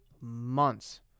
months